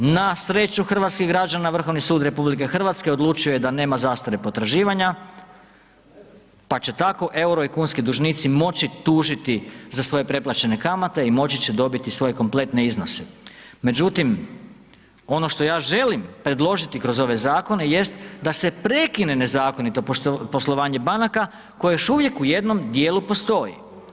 Na sreću hrvatskih građana, Vrhovni sud RH odlučio je da nema zastare potraživanja pa će tako euro i kunski dužnici moći tužiti za svoje preplaćene kamate i moći će dobiti svoje kompletne iznose međutim ono što ja želim predložiti kroz ove zakone jest da se prekine nezakonito poslovanje banaka koje još uvijek u jednom djelu postoji.